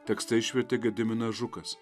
tekstą išvertė gediminas žukas